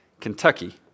Kentucky